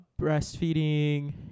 breastfeeding